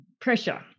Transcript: pressure